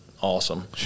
awesome